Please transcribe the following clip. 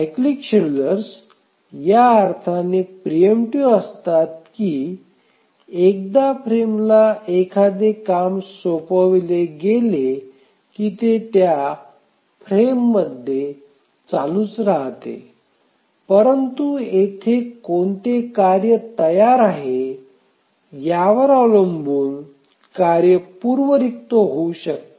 cyclic schedulers या अर्थाने preemptive pre emptiveअसतात की एकदा फ्रेमला एखादे काम सोपवले गेले की ते त्या फ्रेममध्ये चालूच राहते परंतु येथे कोणते कार्य तयार आहे यावर अवलंबून कार्य पूर्व रिक्त होऊ शकते